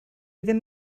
ddim